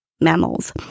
mammals